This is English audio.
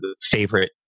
favorite